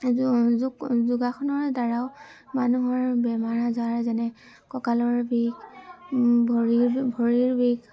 যোগ যোগাসনৰদ্বাৰাও মানুহৰ বেমাৰ আজাৰ যেনে কঁকালৰ বিষ ভৰিৰ ভৰিৰ বিষ